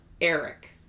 Eric